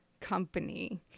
company